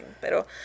Pero